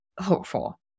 hopeful